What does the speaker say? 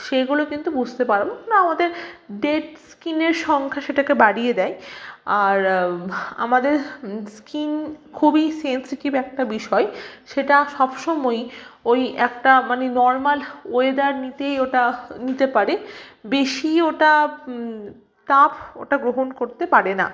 সেইগুলো কিন্তু বুঝতে পারবো বা আমাদের ডেড স্কিনের সংখ্যা সেটাকে বাড়িয়ে দেয় আর আমাদের স্কিন খুবই সেন্সেটিভ একটা বিষয় সেটা সব সময়ই ওই একটা মানে নর্মাল ওয়েদার নিতেই ওটা নিতে পারে বেশি ওটা তাপ ওটা গ্রহণ করতে পারে না